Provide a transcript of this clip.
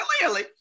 clearly